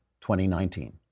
2019